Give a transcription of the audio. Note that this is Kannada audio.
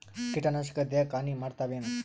ಕೀಟನಾಶಕ ದೇಹಕ್ಕ ಹಾನಿ ಮಾಡತವೇನು?